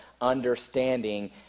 understanding